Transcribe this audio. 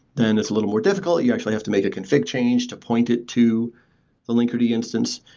then it's a little more difficult. you actually have to make a config change to point it to a linkerd instance.